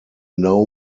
know